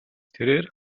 тэрээр